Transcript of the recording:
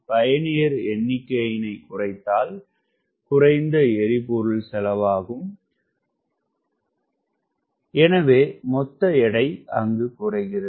பயணியர் எண்ணிக்கையினைக் குறைத்தால் குறைந்த எரிபொருள் செலவாகும் எனவே மொத்த எடை குறைகிறது